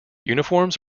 uniforms